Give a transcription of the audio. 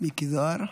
מיקי זוהר.